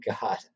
God